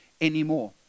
anymore